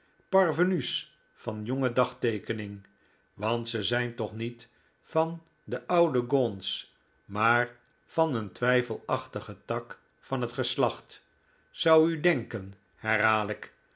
parvenu's van jonge dagteekening want ze zijn toch niet van de oude gaunts maar van een twijfelachtigen tak van het geslacht zou u denken herhaal ik